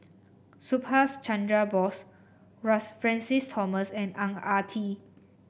Subhas Chandra Bose Francis Thomas and Ang Ah Tee